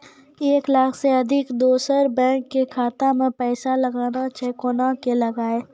एक लाख से अधिक दोसर बैंक के खाता मे पैसा लगाना छै कोना के लगाए?